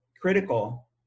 critical